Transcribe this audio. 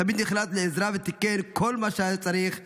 תמיד נחלץ לעזרה ותיקן את כל מה שהיה צריך בגן,